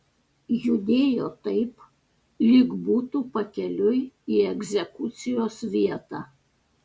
judėjo taip lyg būtų pakeliui į egzekucijos vietą